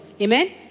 Amen